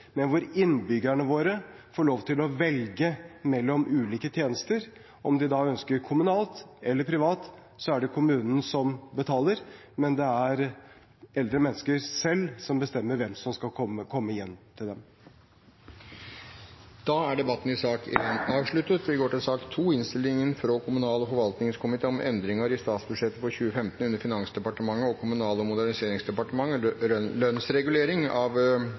men hvor innbyggerne får lov til å velge mellom ulike tjenester. Om de da ønsker kommunale eller private, er det kommunen som betaler, men det er eldre mennesker selv som bestemmer hvem som skal komme hjem til dem. Flere har ikke bedt om ordet til sak nr. 1. Ingen har bedt om ordet. Etter ønske fra familie- og kulturkomiteen vil presidenten foreslå at taletiden blir begrenset til 5 minutter til hver partigruppe og 5 minutter til medlem av